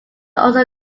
also